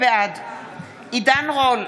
בעד עידן רול,